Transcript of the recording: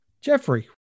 Jeffrey